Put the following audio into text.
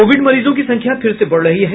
Covid मरीजों की संख्या फिर से बढ़ रही है